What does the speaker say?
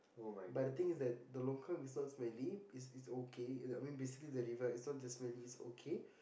but the thing is that the longkang is so smelly is okay I mean the river is not that smelly is okay